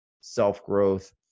self-growth